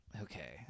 Okay